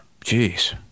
Jeez